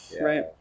Right